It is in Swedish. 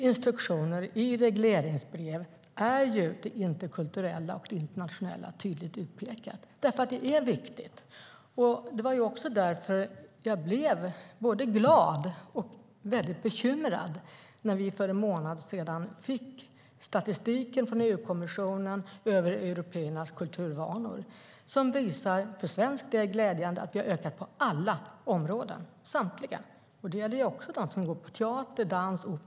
I instruktioner och i regleringsbrev är det interkulturella och det internationella tydligt utpekat, därför att det är viktigt. Det var också därför jag blev både glad och väldigt bekymrad när vi för en månad sedan fick statistiken över européernas kulturvanor från EU-kommissionen. Den visar för svensk del, glädjande nog, att vi har ökat på alla områden - samtliga. Det gäller också dem som går på teater, dans och opera.